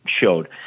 showed